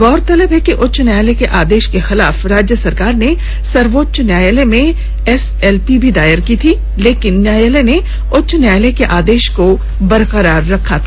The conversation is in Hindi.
गौरतलब है कि उच्च न्यायालय के आदेश के खिलाफ राज्य सरकार ने सर्वोच्च न्यायालय में एसएलपी भी दायर की थी लेकिन न्यायालय ने उच्च न्यायालय के आदेश को बरकरार रखा था